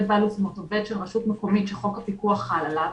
זאת אומרת עובד של רשות מקומית שחוק הפיקוח חל עליו,